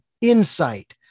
insight